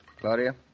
Claudia